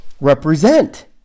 represent